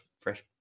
fresh